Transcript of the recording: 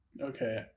Okay